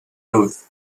luz